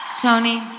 Tony